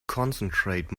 concentrate